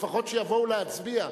לפחות שיבואו להצביע.